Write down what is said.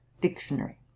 dictionary